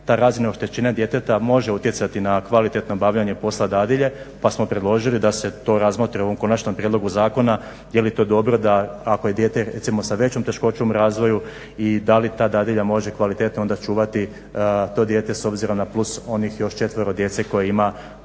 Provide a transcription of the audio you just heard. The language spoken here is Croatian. ta razina oštećenja djeteta može utjecati na kvalitetno obavljanje posla dadilje pa smo predložili da se to razmotri u ovom konačnom prijedlogu zakona je li to dobro da ako je dijete recimo sa većom teškoćom u razvoju i da li ta dadilja može kvalitetno onda čuvati to dijete s obzirom na plus onih još 4 djece koje ima